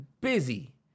busy